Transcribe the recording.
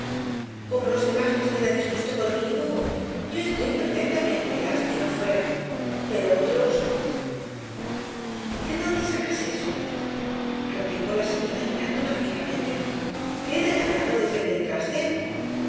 como los demás no estén á disgusto conmigo yo estoy perfectamente lástima fuera pero otros de dónde sacas eso replicó la señora mirándola fijamente te he regañado desde que entraste